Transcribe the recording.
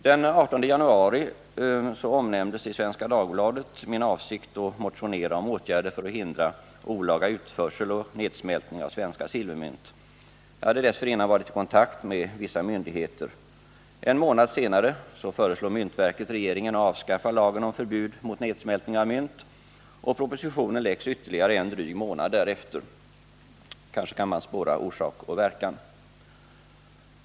Den 18 januari omnämndes i Svenska Dagbladet min avsikt att motionera om åtgärder för att hindra olaga utförsel och nedsmältning av svenska silvermynt. Jag hade dessförinnan varit i kontakt med vissa myndigheter. En månad senare föreslår myntverket regeringen att avskaffa lagen om förbud mot nedsmältning av mynt, och propositionen framläggs ytterligare en månad därefter. Kanske kan man här spåra orsak och verkan.